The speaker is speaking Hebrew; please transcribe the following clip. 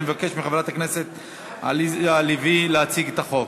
אני מבקש מחברת הכנסת עליזה לביא להציג את החוק.